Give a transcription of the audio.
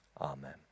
Amen